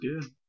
good